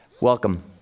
Welcome